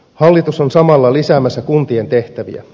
hallitus on samalla lisäämässä kuntien tehtäviä